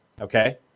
Okay